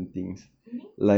meaning